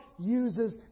uses